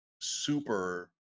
Super